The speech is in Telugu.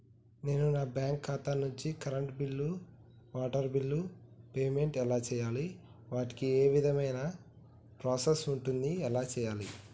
నేను నా బ్యాంకు ఖాతా నుంచి కరెంట్ బిల్లో వాటర్ బిల్లో పేమెంట్ ఎలా చేయాలి? వాటికి ఏ విధమైన ప్రాసెస్ ఉంటది? ఎలా చేయాలే?